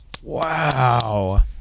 Wow